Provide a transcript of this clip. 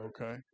Okay